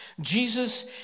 Jesus